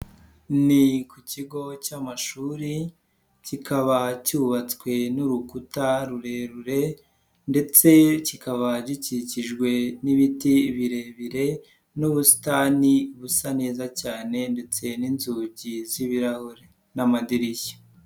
Ni ku kigo cy'amashuri kikaba cyubatswe n'urukuta rurerure ndetse kikaba gikikijwe n'ibiti birebire n'ubusitani busa neza cyane ndetse n'inzugi z'ibirahure n'amadirishya.